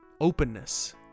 openness